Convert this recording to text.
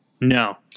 no